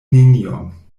nenion